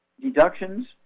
deductions